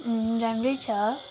राम्रै छ